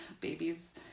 Babies